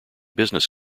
business